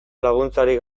laguntzarik